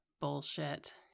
bullshit